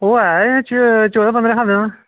ओह् ऐ चौदहें पंदरें सालें दा